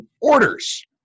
orders